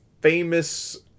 famous